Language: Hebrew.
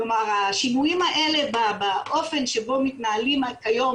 כלומר השינויים האלה באופן שבו מתנהל כיום